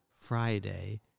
Friday